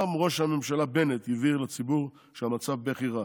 גם ראש הממשלה הבהיר לציבור שהמצב בכי רע.